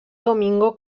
domingo